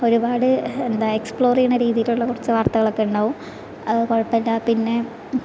ഒരുപാട് എന്താ എക്സ്പ്ലോർ ചെയ്യണ രീതിയിലുള്ള കുറച്ച് വാർത്തകളൊക്കെ ഉണ്ടാവും അത് കുഴപ്പമില്ല പിന്നെ